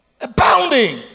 abounding